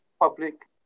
public